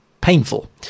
painful